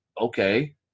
okay